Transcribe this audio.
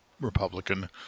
Republican